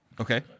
Okay